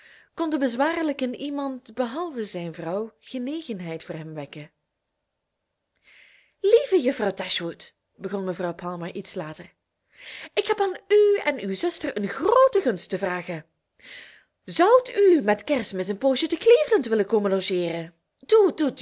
konden bezwaarlijk in iemand behalve zijn vrouw genegenheid voor hem wekken lieve juffrouw dashwood begon mevrouw palmer iets later ik heb aan u en uw zuster een groote gunst te vragen zoudt u met kerstmis een poosje te cleveland willen komen logeeren